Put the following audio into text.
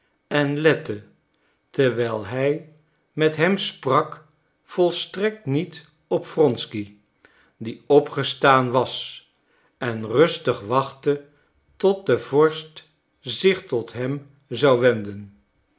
en lette terwijl hij met hem sprak volstrekt niet op wronsky die opgestaan was en rustig wachtte tot de vorst zich tot hem zou wenden